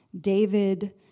David